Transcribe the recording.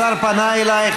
השר פנה אלייך,